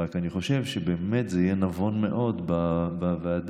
רק שאני חושב שבאמת זה יהיה נבון מאוד לשבת בוועדה